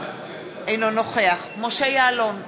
אינו נוכח משה יעלון,